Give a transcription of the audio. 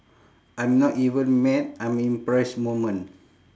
I'm not even mad I'm impressed moment